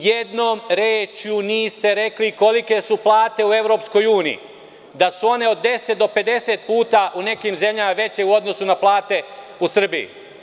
Ni jednom rečju niste rekli kolike su plate u Evropskoj uniji, da su one od 10 do 50 puta u nekim zemljama veće u odnosu na plate u Srbiji.